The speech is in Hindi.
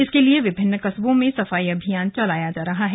इसके लिए विभिन्न कस्बों में सफाई अभियान चलाया जा रहा है